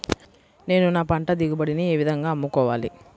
నేను నా పంట దిగుబడిని ఏ విధంగా అమ్ముకోవాలి?